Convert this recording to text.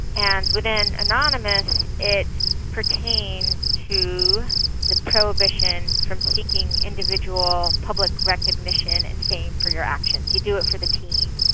and within anonymous it pertains to the prohibition from seeking individual public recognition and fame for your actions you do it for the team.